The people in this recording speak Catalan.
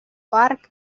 parc